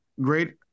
great